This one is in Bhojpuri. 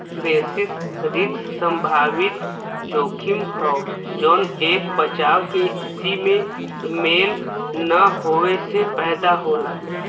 बेसिस रिस्क संभावित जोखिम हौ जौन एक बचाव के स्थिति में मेल न होये से पैदा होला